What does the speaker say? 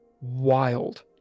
wild